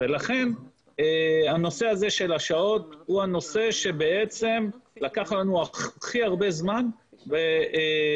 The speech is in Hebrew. ולכן הנושא של השעות הוא הנושא שלקח לנו הכי הרבה זמן בתקנות,